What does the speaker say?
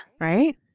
right